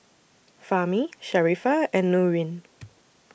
Fahmi Sharifah and Nurin